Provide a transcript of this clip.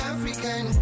African